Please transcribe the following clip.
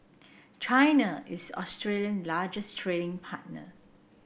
China is Australian largest trading partner